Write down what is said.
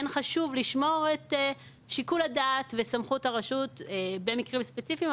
כן חשוב לשמור את שיקול הדעת וסמכות הרשות במקרים ספציפיים,